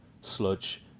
sludge